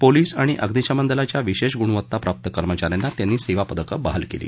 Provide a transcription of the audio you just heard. police आणि अग्निशमन दलाच्या विशेष गुणवता प्राप्त कर्मचा यांना त्यांनी सेवा पदक बहाल केली